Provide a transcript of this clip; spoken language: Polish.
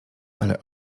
ale